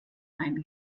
ein